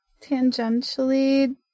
Tangentially